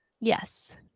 Yes